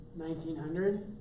1900